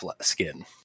skin